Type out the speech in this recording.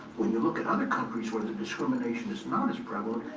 when you look at other companies where the discrimination is not as prevalent,